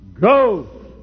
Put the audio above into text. go